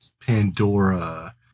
Pandora